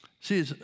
see